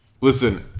listen